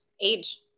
age